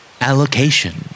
Allocation